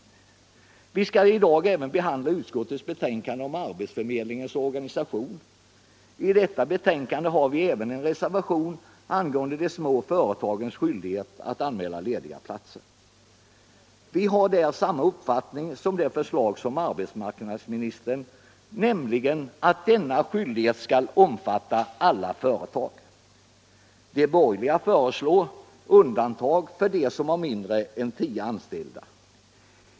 Vi skall i dag även behandla utskottets betänkande om arbetsförmedlingarnas organisation. Vid detta betänkande har vi också en reservation angående de små företagens skyldighet att anmäla lediga platser. Vi framför där samma uppfattning som uttrycks i arbetsmarknadsministerns förslag, nämligen att denna skyldighet skall omfatta alla företag. De borgerliga föreslår undantag för de företag som har mindre in tio anställda.